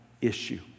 issue